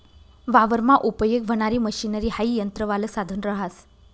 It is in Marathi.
वावरमा उपयेग व्हणारी मशनरी हाई यंत्रवालं साधन रहास